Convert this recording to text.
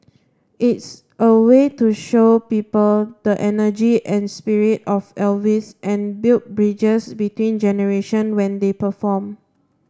it's a way to show people the energy and spirit of Elvis and build bridges between generation when they perform